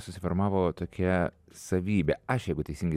susiformavo tokia savybė aš jeigu teisingai